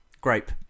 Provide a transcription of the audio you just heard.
Grape